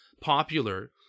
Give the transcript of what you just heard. popular